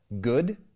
good